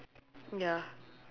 ya